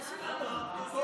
תוסיף אותם.